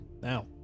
Now